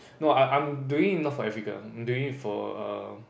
no I'm I'm doing it not for Africa doing it for err